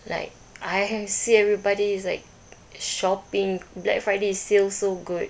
like I see everybody is like shopping black friday's sale so good